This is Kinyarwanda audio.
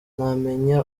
ntamenye